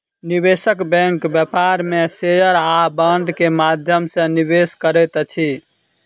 निवेशक बैंक व्यापार में शेयर आ बांड के माध्यम सॅ निवेश करैत अछि